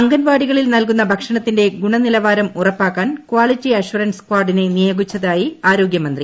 അംഗൻവാടികളിൽ നൽകുന്ന ഭക്ഷണത്തിന്റ ഗുണനിലവാരം ഉറപ്പാക്കാൻ ക്വാളിറ്റി അഷ്വറൻസ് സ്ക്വാഡിനെ നിയോഗിച്ചതായി ആരോഗ്യ മന്ത്രി